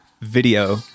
video